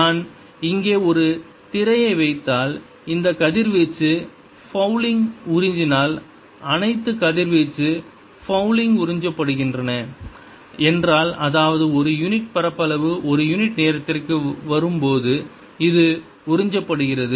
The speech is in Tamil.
நான் இங்கே ஒரு திரையை வைத்தால் இந்த கதிர்வீச்சு பவுலிங் உறிஞ்சினால் அனைத்து கதிர்வீச்சு பவுலிங் உறிஞ்சப்படுகின்றன என்றால் அதாவது ஒரு யூனிட் பரப்பளவு ஒரு யூனிட் நேரத்திற்கு வரும்போது இது உறிஞ்சப்படுகிறது